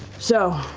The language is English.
so,